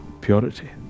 purity